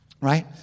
right